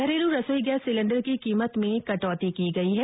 घरेलु रसोई gas cylinder की कीमत में कटोती की गई है